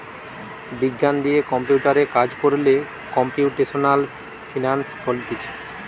বিজ্ঞান দিয়ে কম্পিউটারে কাজ কোরলে কম্পিউটেশনাল ফিনান্স বলতিছে